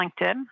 LinkedIn